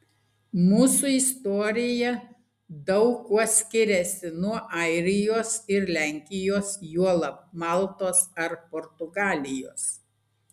mūsų istorija daug kuo skiriasi nuo airijos ir lenkijos juolab maltos ar portugalijos